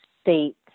States